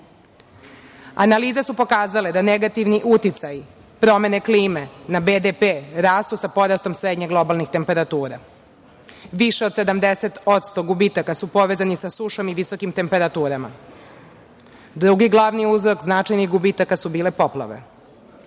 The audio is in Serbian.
Analize su pokazale da negativni uticaji promene klime na BDP rastu sa porastom srednjih globalnih temperatura. Više od 70% gubitaka je povezano sa sušom i visokim temperaturama. Drugi glavni uzrok značajnih gubitaka su bile poplave. Uticajem